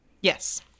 Yes